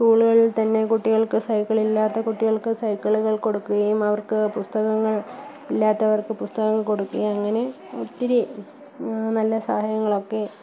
സ്കൂളുകളിൽ തന്നെ കുട്ടികൾക്ക് സൈക്കിളില്ലാത്ത കുട്ടികൾക്ക് സൈക്കിളുകൾ കൊടുക്കുകയും അവർക്ക് പുസ്തകങ്ങൾ ഇല്ലാത്തവർക്ക് പുസ്തകങ്ങൾ കൊടുക്കേം അങ്ങനെ ഒത്തിരി നല്ല സഹായങ്ങൾ ഒക്കെ